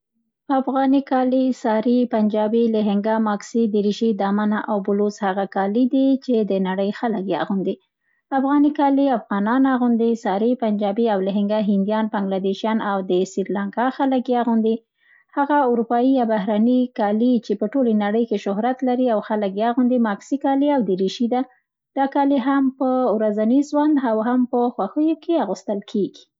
افغاني کالي، ساري، پنجابي، لهنګه، ماکسي، دریشي، دامنه او بلوز، هغه کالي دي چي د نړۍ خلک یې اغوندي. افغاني کالي افغانان اغوندي، ساري، پنجابي او لهنګه هندیان، بنګلدیشیان او د سریلنکا خلک یې اغوندي. هغه اروپایي یا بهرني کالي دي چي، په ټولې نړۍ کې شهرت لري او خلک یې اغوندي ماکسي کالی او دریشي ده. دا کالي هم په ورځني زوند او هم په خوښیو کې اغوستل کېږي.